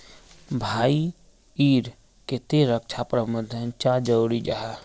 भाई ईर केते रक्षा प्रबंधन चाँ जरूरी जाहा?